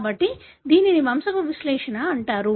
కాబట్టి దీనిని వంశపు విశ్లేషణ అంటారు